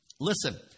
Listen